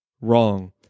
Wrong